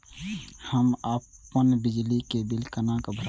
हम अपन बिजली के बिल केना भरब?